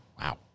Wow